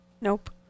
Nope